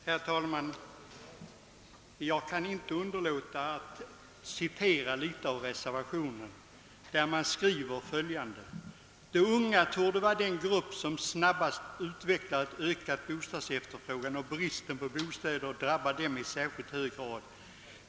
Herr talman! Jag kan inte underlåta att citera litet ur reservationen. Man skriver där bl.a.: »De unga torde vara den grupp, som snabbast utvecklar en ökad bostadsefterfrågan, och bristen på bostäder drabbar dem i särskilt hög grad.